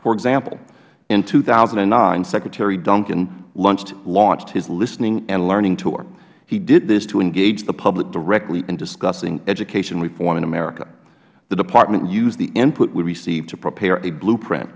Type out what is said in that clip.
for example in two thousand and nine secretary duncan launched his listening and learning tour he did this to engage the public directly in discussing education reform in america the department used the input we received to prepare a blueprint